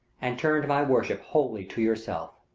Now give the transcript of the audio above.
and turned my worship wholly to yourself.